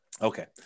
Okay